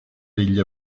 degli